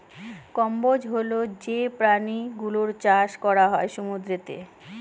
কম্বোজ হল যে প্রাণী গুলোর চাষ করা হয় সমুদ্রতে